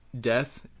death